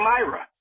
Myra